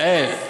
יעל.